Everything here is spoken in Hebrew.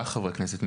האזרחית,